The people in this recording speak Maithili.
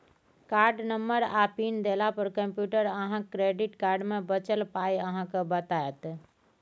कार्डनंबर आ पिन देला पर कंप्यूटर अहाँक क्रेडिट कार्ड मे बचल पाइ अहाँ केँ बताएत